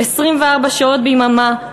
24 שעות ביממה,